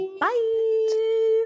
Bye